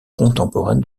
contemporaine